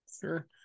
Sure